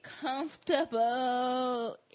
comfortable